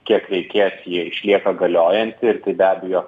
kiek reikės ji išlieka galiojanti ir tai be abejo